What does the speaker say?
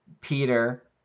Peter